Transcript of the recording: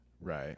Right